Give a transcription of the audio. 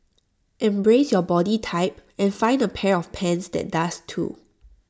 embrace your body type and find A pair of pants that does too